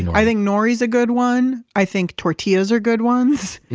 and i think nori's a good one. i think tortillas are good ones.